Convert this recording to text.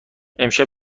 امشب